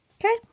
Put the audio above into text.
okay